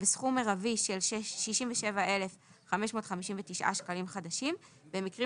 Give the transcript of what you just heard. בסכום מירבי של 67,559 שקלים חדשים במקרים